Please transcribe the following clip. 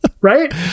right